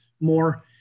more